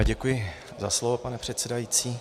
Děkuji za slovo, pane předsedající.